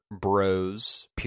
Bros